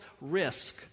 risk